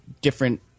different